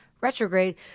retrograde